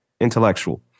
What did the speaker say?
Intellectual